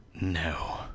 No